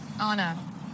Anna